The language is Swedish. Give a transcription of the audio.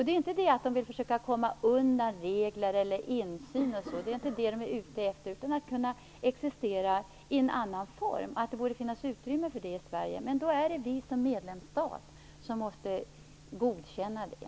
De är inte ute efter att försöka komma undan regler och insyn, utan de vill kunna existera i en annan form. Det borde det finnas utrymme för i Sverige. Men då är det vi som medlemsstat som måste godkänna det.